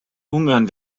ungarn